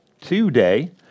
today